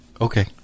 Okay